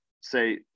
say